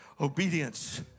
obedience